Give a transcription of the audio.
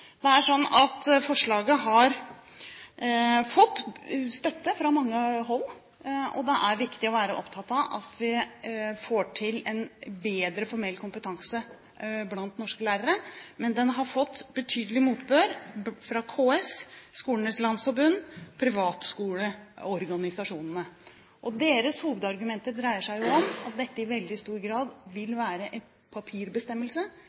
Forslaget har fått støtte fra mange hold, og det er viktig å være opptatt av at vi får til en bedre formell kompetanse blant norske lærere, men det har fått betydelig motbør fra KS, fra Skolenes Landsforbund og fra privatskoleorganisasjonene. Deres hovedargumenter dreier seg om at dette i veldig stor grad vil være en papirbestemmelse